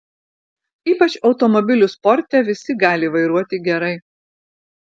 ypač automobilių sporte visi gali vairuoti gerai